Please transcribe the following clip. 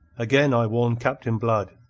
again i warn captain blood.